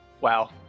wow